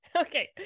okay